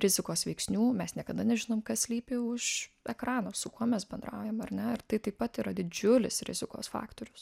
rizikos veiksnių mes niekada nežinom kas slypi už ekrano su kuo mes bendraujam ar ne ir tai taip pat yra didžiulis rizikos faktorius